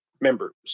members